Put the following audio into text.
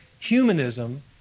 humanism